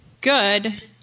good